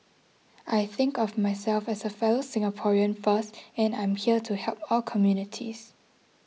I think of myself as a fellow Singaporean first and I'm here to help all communities